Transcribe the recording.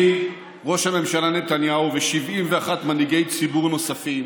אני, ראש הממשלה נתניהו ו-71 מנהיגי ציבור נוספים